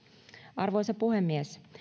arvoisa puhemies